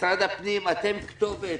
משרד הפנים אתם גם כתובת.